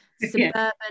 suburban